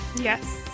Yes